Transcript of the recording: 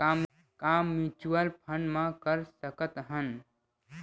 का mutual fund म कर सकत हन?